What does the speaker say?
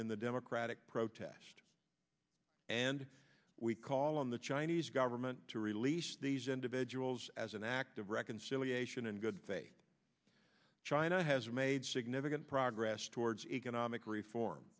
in the democratic protest and we call on the chinese government to release these individuals as an act of reconciliation and good faith china has made significant progress towards economic reform